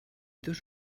dos